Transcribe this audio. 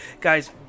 guys